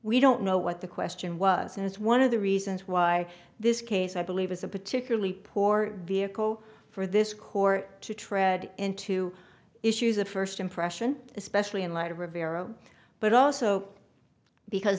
we don't know what the question was and it's one of the reasons why this case i believe is a particularly poor vehicle for this court to tread into issues of first impression especially in light of rivero but also because